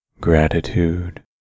Gratitude